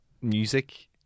music